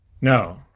No